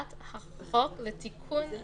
החלטה, ותעברו אחד-אחד.